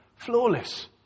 Flawless